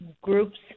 groups